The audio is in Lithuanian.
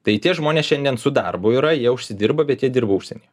tai tie žmonės šiandien su darbu yra jie užsidirba bet jie dirba užsienyje